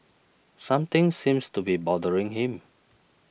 something seems to be bothering him